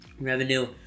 Revenue